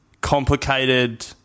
complicated